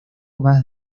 más